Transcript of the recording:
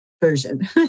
version